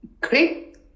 Great